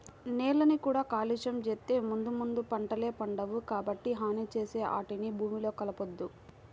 నేలని కూడా కాలుష్యం చేత్తే ముందు ముందు పంటలే పండవు, కాబట్టి హాని చేసే ఆటిని భూమిలో కలపొద్దు